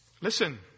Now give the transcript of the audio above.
Listen